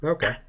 Okay